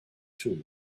too